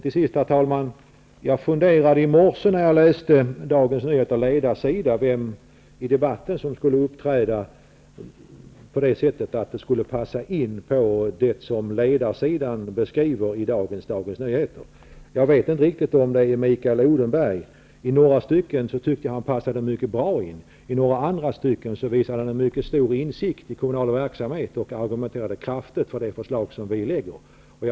Till sist, herr talman: Jag funderade i morse när jag läste Dagens Nyheters ledarsida vem som skulle uppträda i debatten på det sättet att det passar in på det som ledarsidan beskriver i dag. Jag vet inte riktigt om det är Mikael Odenberg. I några stycken tycker jag att han passade in mycket bra. I andra stycken visade han en mycket stor insikt i kommunal verksamhet och argumenterade kraftigt för det förslag som vi lägger fram.